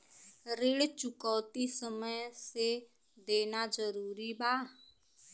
ऋण चुकौती समय से देना जरूरी बा?